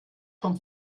vom